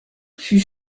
fut